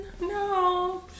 No